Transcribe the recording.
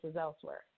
elsewhere